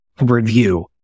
review